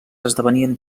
esdevenien